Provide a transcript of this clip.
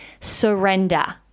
Surrender